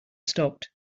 stopped